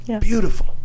beautiful